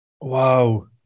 Wow